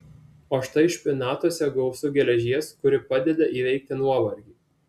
o štai špinatuose gausu geležies kuri padeda įveikti nuovargį